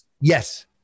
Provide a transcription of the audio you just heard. Yes